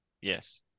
Yes